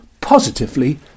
positively